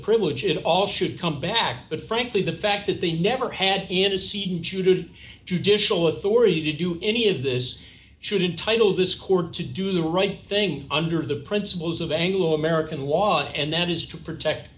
privilege at all should come back but frankly the fact that they never had been to see judith judicial authority to do any of this should entitle this court to do the right thing under the principles of anglo american law and that is to protect